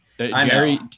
Jerry